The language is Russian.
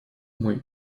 мой